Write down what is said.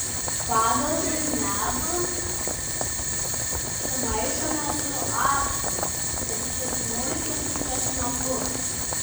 padažui medų sumaišome su actu ir susmulkintu česnaku